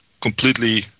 completely